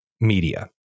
media